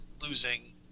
losing